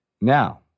Now